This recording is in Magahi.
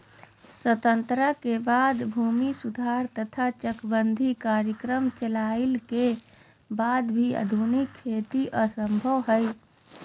स्वतंत्रता के बाद भूमि सुधार तथा चकबंदी कार्यक्रम चलइला के वाद भी आधुनिक खेती असंभव हई